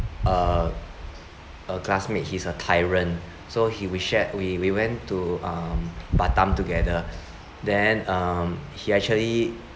a a classmate he's a tyrant so he we shared we we went to um batam together then um he actually